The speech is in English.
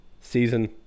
season